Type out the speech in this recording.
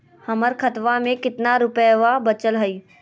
हमर खतवा मे कितना रूपयवा बचल हई?